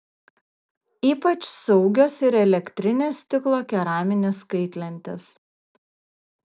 ypač saugios ir elektrinės stiklo keraminės kaitlentės